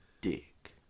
dick